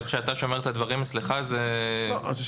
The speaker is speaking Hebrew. איך שאתה שומר את הדברים אצלך, אתה שומר.